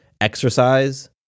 exercise